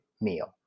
meal